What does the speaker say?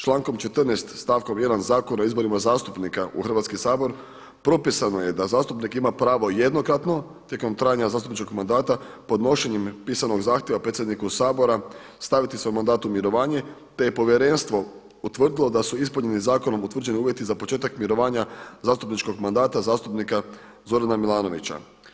Člankom 14. stavkom 1. Zakona o izborima zastupnika u Hrvatski sabor propisano je da zastupnik ima pravo jednokratno tijekom trajanja zastupničkog mandata podnošenjem pisanog zahtjeva predsjedniku Sabora staviti svoj mandat u mirovanje, te je povjerenstvo utvrdilo da su ispunjeni zakonom utvrđeni uvjeti za početak mirovanja zastupničkog mandata zastupnika Zorana Milanovića.